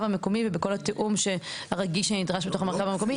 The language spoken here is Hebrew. המקומי ובכל התיאום שהרגיש שנדרש בתוך המרחב המקומי.